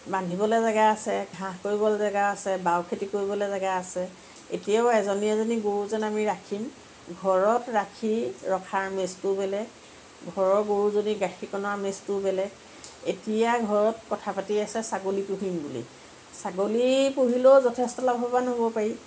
বান্ধিবলৈ জেগা আছে ঘাঁহ কৰিবলৈ জেগা আছে বাও খেতি কৰিবলৈ জেগা আছে এতিয়াও এজনী এজনী গৰু যেন আমি ৰাখিম ঘৰত ৰাখি ৰখাৰ আমেজটো বেলেগ ঘৰৰ গৰু যদি গাখীৰকণৰ আমেজটোও বেলেগ এতিয়া ঘৰত কথা পাতি আছে ছাগলী পুহিম বুলি ছাগলী পুহিলেও যথেষ্ট লাভৱান হ'ব পাৰি